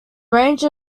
range